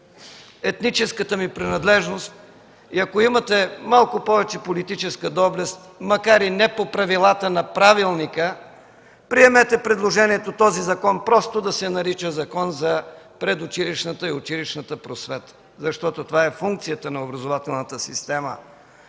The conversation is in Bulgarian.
етническата ми принадлежност и ако имате малко повече политическа доблест, макар и не по правилата на правилника, приемете предложението този закон просто да се нарича Закон за предучилищната и училищната просвета, защото това е функцията на образователната система